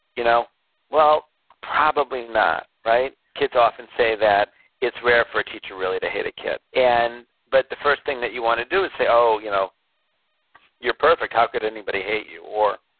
you know well, probably not, right? kids often say that. it's rare for a teacher really to hate a kid, and but the first thing that you want to do is say, oh, you know you're perfect. how could anybody hate you? or,